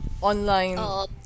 online